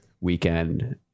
weekend